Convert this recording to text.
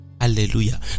Hallelujah